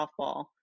softball